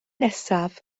nesaf